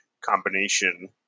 combination